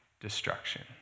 destruction